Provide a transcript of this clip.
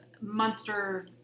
Monster